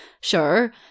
sure